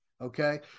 Okay